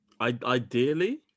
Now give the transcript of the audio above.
Ideally